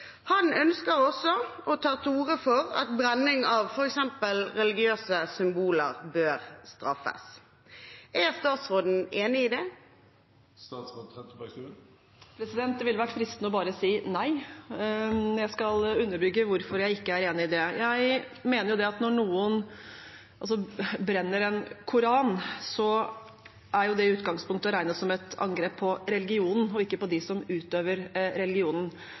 Han ønsker også å ta til orde for at brenning av f.eks. religiøse symboler bør straffes. Er statsråden enig i det? Det ville vært fristende å bare si «nei», men jeg skal underbygge hvorfor jeg ikke er enig i det. Jeg mener jo at når noen brenner en koran, er det i utgangspunktet å regne som et angrep på religionen og ikke på dem som utøver religionen.